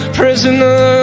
prisoner